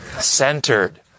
centered